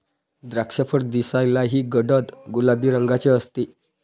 द्राक्षफळ दिसायलाही गडद गुलाबी रंगाचे असते